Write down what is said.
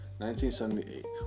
1978